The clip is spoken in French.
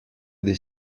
des